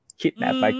kidnapped